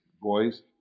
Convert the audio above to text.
boys